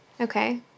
Okay